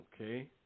Okay